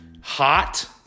hot –